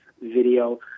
video